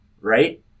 right